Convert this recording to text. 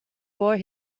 boy